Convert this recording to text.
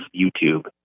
YouTube